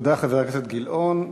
תודה, חבר הכנסת גילאון.